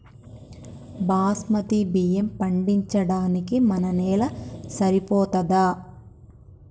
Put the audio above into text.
బాస్మతి బియ్యం పండించడానికి మన నేల సరిపోతదా?